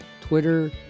Twitter